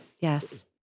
Yes